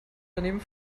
daneben